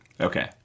Okay